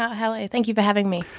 hello, thank you for having me.